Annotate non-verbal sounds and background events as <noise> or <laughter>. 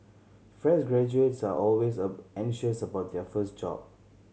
fresh graduates are always <hesitation> anxious about their first job